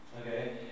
Okay